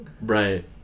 right